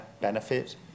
benefit